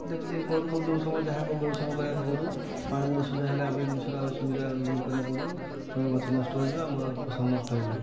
ଦେଖି ଚାହିଁକି କରୁ ଯେଉଁ ସମୟରେ ଯାହା ଗବେଷଣ କରିବା କଥା କରୁ ପାଣିର ଅସୁବିଧା ହେଲେ ଆମେ ସୁବିଧା କରିବାକୁ ପଡ଼ିବ ଗଛ ନଷ୍ଟ ହୋଇଯିବ ଆମର ଫସଲ ନଷ୍ଟ ହୋଇଯିବ